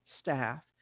staff